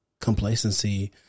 complacency